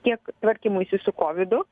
tiek tvarkymuisi su kovidu